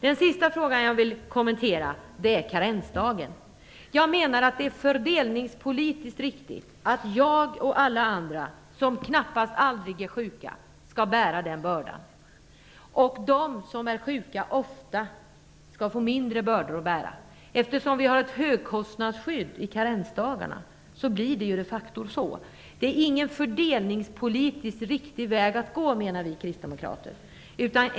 Det sista jag vill kommentera är karensdagen. Det är fördelningspolitiskt riktigt att jag och alla andra som nästan aldrig är sjuka skall bära den bördan. De som ofta är sjuka skall få mindre bördor att bära. Med ett högkostnadsskydd i karensdagarna blir det de facto så. Det här är ingen fördelningspolitiskt riktig väg att gå, menar vi kristdemokrater.